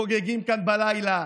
חוגגים כאן בלילה,